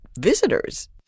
visitors